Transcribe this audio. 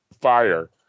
fire